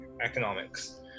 economics